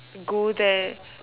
go there